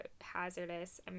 hazardous